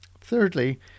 Thirdly